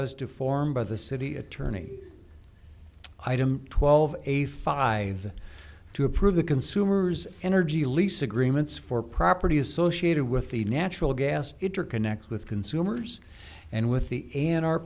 as deformed by the city attorney item twelve a five to approve the consumer's energy lease agreements for property associated with the natural gas interconnect with consumers and with the a in our